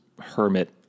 hermit